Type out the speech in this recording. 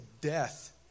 death